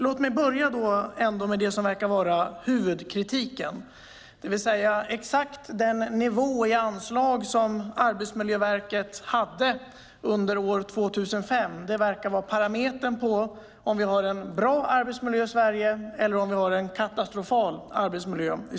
Låt mig dock börja med det som verkar vara huvudkritiken. Den nivå på anslag som Arbetsmiljöverket hade 2005 verkar vara parametern på om vi har en bra arbetsmiljö i Sverige eller en katastrofal arbetsmiljö.